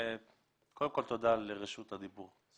קודם כל, תודה על רשות הדיבור.